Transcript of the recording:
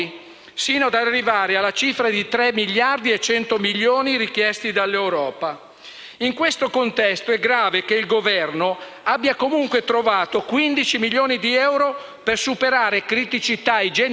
abbia comunque trovato 15 milioni di euro per superare criticità igienico-sanitarie e sanare insediamenti illegali di stranieri residenti sul nostro territorio, molto probabilmente campi *rom*.